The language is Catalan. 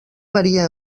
varia